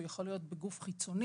הוא יכול להיות בגוף חיצוני,